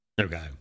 Okay